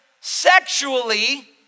sexually